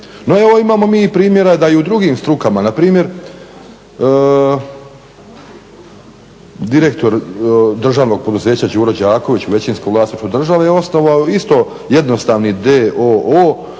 No evo imamo mi primjera da i u drugim strukama, na primjer direktor državnog poduzeća Đuro Đaković u većinskom vlasništvu države je osnovao isto jednostavni